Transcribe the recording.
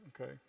okay